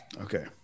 Okay